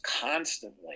constantly